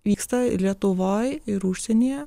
vyksta ir lietuvoj ir užsienyje